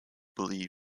believed